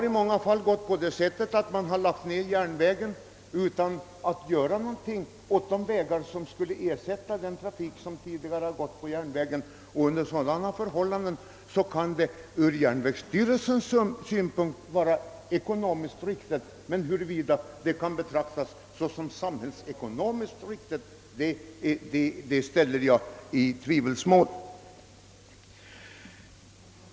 I många fall har man lagt ned järnvägen utan att göra något åt de vägar som skulle ersätta järnvägen, och under sådana förhållanden kan det visserligen ur järnvägsstyrelsens synpunkt vara ekonomiskt riktigt att lägga ned järnvägen men om det kan betraktas som samhällsekonomiskt riktigt ställer jag i tvivelsmål.